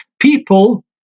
People